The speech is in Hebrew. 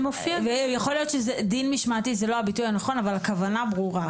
יכול להיות שדין משמעתי זה לא הביטוי הנכון אבל הכוונה ברורה.